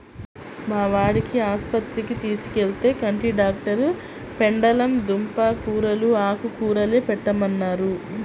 మా వాడిని ఆస్పత్రికి తీసుకెళ్తే, కంటి డాక్టరు పెండలం దుంప కూరలూ, ఆకుకూరలే పెట్టమన్నారు